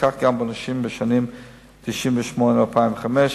וכך גם אצל נשים בשנים 1998 2005,